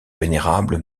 vénérable